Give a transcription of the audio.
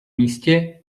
místě